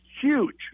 huge